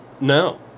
No